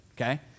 okay